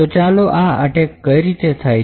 તો ચાલો જોઈએ આ અટેક કઈ રીતે થાય છે